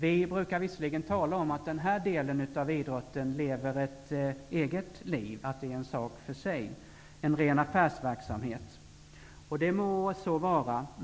Vi brukar visserligen tala om att den delen av idrotten lever ett eget liv, att den är en sak för sig, en ren affärsverksamhet, och det må så vara.